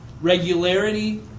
regularity